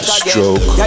stroke